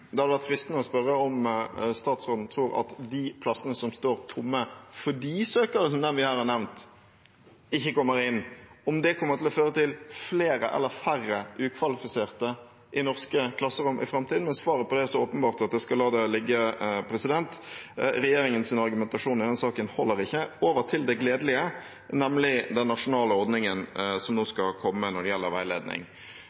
fristende å spørre om statsråden tror at de plassene som står tomme fordi søkere som dem vi her har nevnt, ikke kommer inn, kommer til å føre til flere eller færre ukvalifiserte i norske klasserom i framtiden. Svaret på det er så åpenbart at jeg skal la det ligge. Regjeringens argumentasjon i denne saken holder ikke. Men over til det gledelige, nemlig den nasjonale ordningen som nå